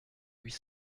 huit